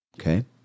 okay